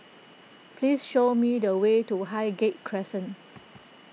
please show me the way to Highgate Crescent